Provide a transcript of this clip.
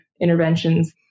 interventions